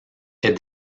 est